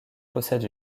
possède